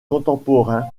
contemporains